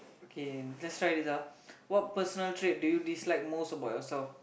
okay let's try this ah what personal trait do you dislike most about yourself